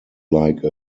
like